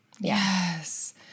Yes